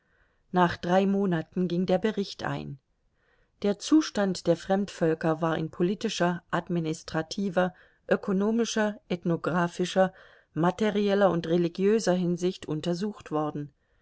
nach drei monaten ging der bericht ein der zustand der fremdvölker war in politischer administrativer ökonomischer ethnographischer materieller und religiöser hinsicht untersucht worden